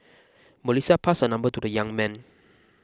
Melissa passed her number to the young man